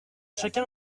chacun